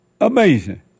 Amazing